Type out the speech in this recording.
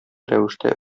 рәвештә